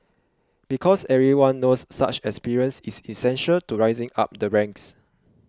because everyone knows such experience is essential to rising up the ranks